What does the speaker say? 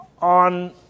on